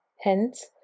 Hence